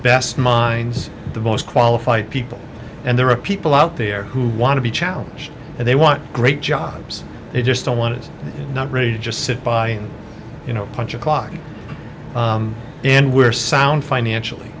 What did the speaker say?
best minds the most qualified people and there are people out there who want to be challenged and they want great jobs they just don't want to not really just sit by you know punch a clock and we're sound financially